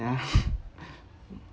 yeah